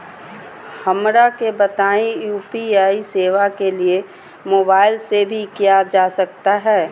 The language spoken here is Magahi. हमरा के बताइए यू.पी.आई सेवा के लिए मोबाइल से भी किया जा सकता है?